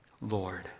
Lord